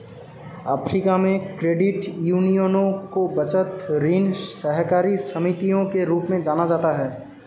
Africa में, credit यूनियनों को बचत, ऋण सहकारी समितियों के रूप में जाना जाता है